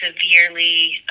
severely